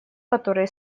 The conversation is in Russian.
которые